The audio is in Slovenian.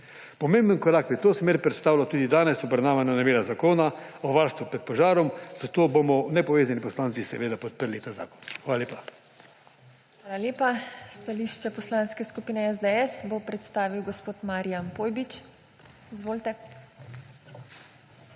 Pomemben korak v to smer predstavlja tudi danes obravnavana novela Zakona o varstvu pred požarom, zato bomo nepovezani poslanci seveda podprli ta zakon. Hvala lepa. PODPREDSEDNICA TINA HEFERLE: Hvala lepa. Stališča Poslanske skupine SDS bo predstavil gospod Marijan Pojbič. Izvolite.